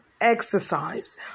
exercise